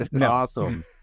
awesome